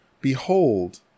Behold